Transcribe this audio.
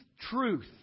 truth